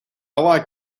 like